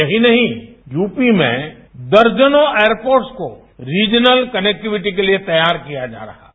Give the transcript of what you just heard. यही नहीं यूपी में दर्जनों एयर फॉर्स को रीजनल कनेक्टिविटी के लिए तैयार किया जा रहा है